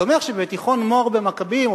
זה אומר שבתיכון "מור" במכבים,